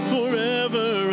Forever